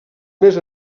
més